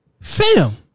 Fam